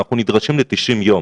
אנחנו נדרשים ל-90 יום